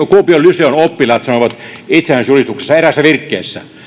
kuopion lyseon oppilaat sanoivat itsenäisyysjulistuksessa eräässä virkkeessä